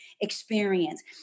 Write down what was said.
experience